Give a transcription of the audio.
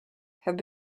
have